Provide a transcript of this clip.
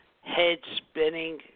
head-spinning